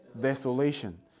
desolation